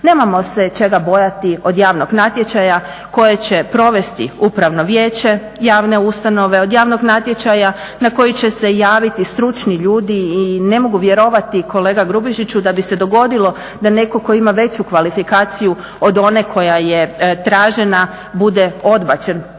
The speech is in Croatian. Nemamo se čega bojati od javnog natječaja koje će provesti upravno vijeće javne ustanove, od javnog natječaja na koji će se javiti stručni ljudi i ne mogu vjerovati kolega Grubišiću da bi se dogodilo da netko tko ima veću kvalifikaciju od one koja je tražena bude odbačen